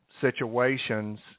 situations